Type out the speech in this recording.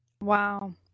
Wow